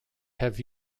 have